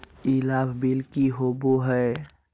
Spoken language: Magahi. ई लाभ बिल की होबो हैं?